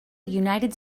united